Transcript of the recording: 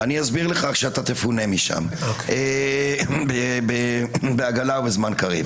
אסביר לך כשתפונה משם, בעגלא ובזמן קריב.